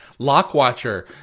Lockwatcher